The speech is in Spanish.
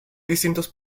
distintos